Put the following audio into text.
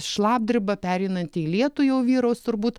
šlapdriba pereinanti į lietų jau vyraus turbūt